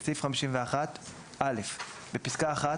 (3)בסעיף 51 - בפסקה (1),